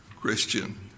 Christian